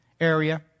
area